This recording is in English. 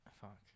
Fuck